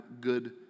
good